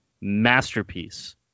masterpiece